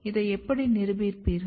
இதை எப்படி நிரூபிப்பீர்கள்